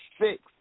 six